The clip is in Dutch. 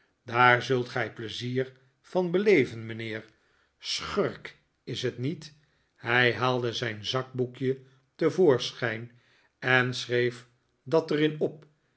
daar zult gij pleizier van beleven mijnheer schurk is t niet hij haalde zijn zakboekje te voorschijn en schreef het er in op